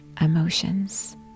emotions